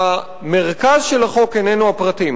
מרכז החוק איננו הפרטים.